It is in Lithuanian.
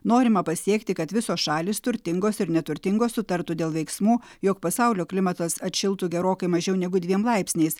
norima pasiekti kad visos šalys turtingos ir neturtingos sutartų dėl veiksmų jog pasaulio klimatas atšiltų gerokai mažiau negu dviem laipsniais